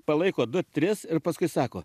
palaiko du tris ir paskui sako